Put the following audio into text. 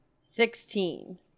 Sixteen